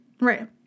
Right